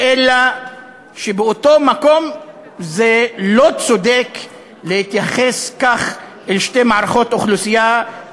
אלא שבאותו מקום זה לא צודק להתייחס כך לשתי קבוצות אוכלוסייה,